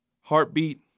heartbeat